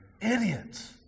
Idiots